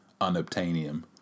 unobtainium